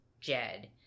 Jed